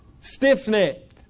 stiff-necked